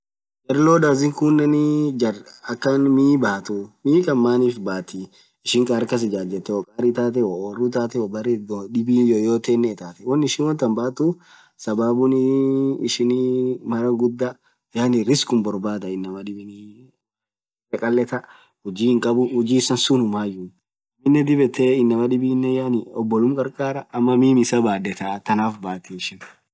Jarrr lodders khunen jarr akhan miii bathu Mii khan maniff bathii ishin kharr kas ijajethe woo gari itathe woo uruuu itathe woo birr dhib yoyotenen itathe wonn ishin wontan bathuf sababuni ishini maraaa ghudha rizkhum borbadha inamaa dhibin thabar khakhaleetha huji hinkhabuu huji issan sunnu mayyu aminen dhib yethe inaman dhibin oboluthum kharkharaa ammo mmiii isaa badhethaa tanumafaa bathiii